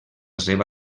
seva